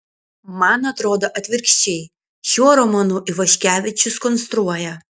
man atrodo atvirkščiai šiuo romanu ivaškevičius konstruoja